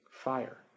fire